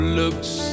looks